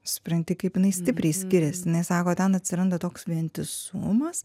supranti kaip jinai stipriai skiriasi jinai sako ten atsiranda toks vientisumas